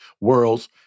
world's